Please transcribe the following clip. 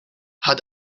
had